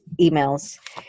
emails